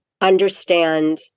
understand